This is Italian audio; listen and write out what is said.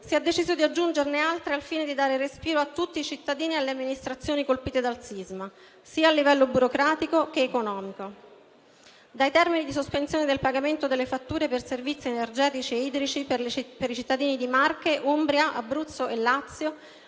si è deciso di aggiungerne altre, al fine di dare respiro a tutti i cittadini e alle amministrazioni colpite dal sisma, sia a livello burocratico che economico: dai termini di sospensione del pagamento delle fatture per servizi energetici e idrici per i cittadini di Marche, Umbria, Abruzzo e Lazio,